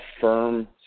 firm